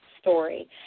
story